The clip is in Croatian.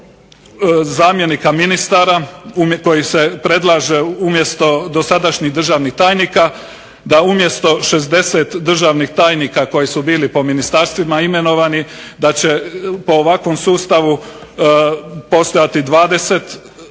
zamjenika ministara koji se predlaže umjesto dosadašnjih državnih tajnika, da umjesto 60 državnih tajnika koji su bili po ministarstvima imenovani da će po ovakvom sustavu postojati 20 zamjenika